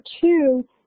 two